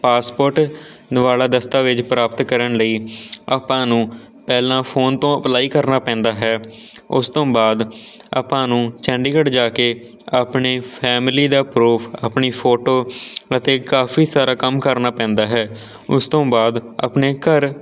passport ਵਾਲਾ ਦਸਤਾਵੇਜ ਪ੍ਰਾਪਤ ਕਰਨ ਲਈ ਆਪਾਂ ਨੂੰ ਪਹਿਲਾਂ ਫੋਨ ਤੋਂ ਅਪਲਾਈ ਕਰਨਾ ਪੈਂਦਾ ਹੈ ਉਸ ਤੋਂ ਬਾਅਦ ਆਪਾਂ ਨੂੰ ਚੰਡੀਗੜ੍ਹ ਜਾ ਕੇ ਆਪਣੀ ਫੈਮਲੀ ਦਾ ਪਰੂਫ ਆਪਣੀ ਫੋਟੋ ਅਤੇ ਕਾਫੀ ਸਾਰਾ ਕੰਮ ਕਰਨਾ ਪੈਂਦਾ ਹੈ ਉਸ ਤੋਂ ਬਾਅਦ ਆਪਣੇ ਘਰ